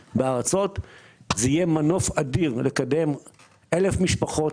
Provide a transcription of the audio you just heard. זה יהיה מנוף אדיר לקדם 1,000 משפחות.